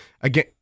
again